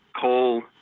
coal